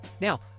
Now